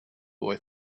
boy